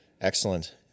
excellent